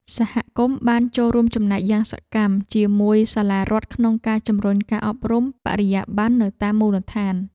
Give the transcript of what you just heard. សហគមន៍បានចូលរួមចំណែកយ៉ាងសកម្មជាមួយសាលារដ្ឋក្នុងការជំរុញការអប់រំបរិយាបន្ននៅតាមមូលដ្ឋាន។